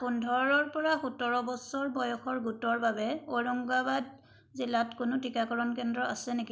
পোন্ধৰৰ পৰা সোতৰ বছৰ বয়সৰ গোটৰ বাবে ঔৰংগাবাদ জিলাত কোনো টীকাকৰণ কেন্দ্ৰ আছে নেকি